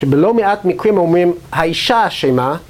שבלא מעט מקרים אומרים האישה אשמה